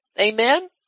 Amen